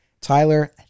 Tyler